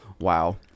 Wow